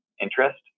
interest